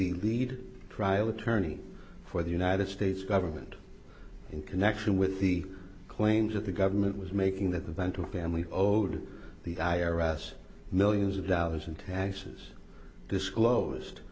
the lead trial attorney for the united states government in connection with the claims that the government was making that the bantu family owed the i r s millions of dollars in taxes disclosed